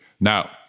Now